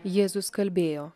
jėzus kalbėjo